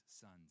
sons